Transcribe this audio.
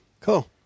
cool